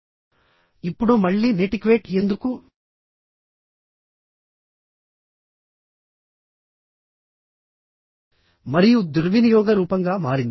ఇమెయిల్లను పంపడం అనేది సైబర్ కమ్యూనికేషన్లో ఎక్కువగా ఉపయోగించే మరియు దుర్వినియోగ రూపంగా మారింది